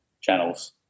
channels